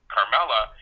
Carmella